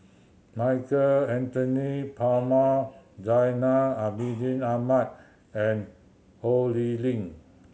Michael Anthony Palmer Zainal Abidin Ahmad and Ho Lee Ling